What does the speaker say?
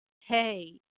hey